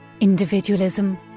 individualism